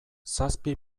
zazpi